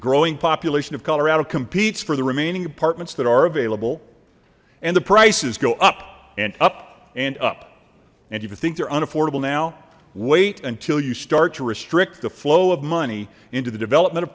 growing population of colorado competes for the remaining apartments that are available and the prices go up and up and up and if you think they're unaffordable now wait until you start to restrict the flow of money into the development of